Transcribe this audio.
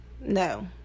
No